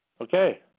Okay